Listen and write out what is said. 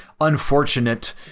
unfortunate